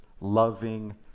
loving